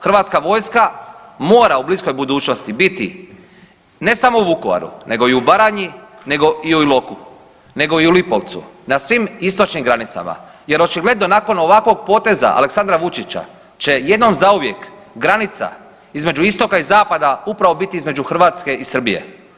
Hrvatska vojska mora u bliskoj budućnosti biti ne samo u Vukovaru, nego i u Baranji, nego i u Iloku, nego i u Lipovcu, na svim istočnim granicama jer očigledno nakon ovakvog poteza Aleksandra Vučića će jednom zauvijek granica između Istoka i Zapada upravo biti između Hrvatske i Srbije.